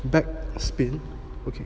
back spin okay